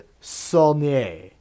Saulnier